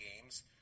games